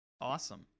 Awesome